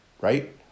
right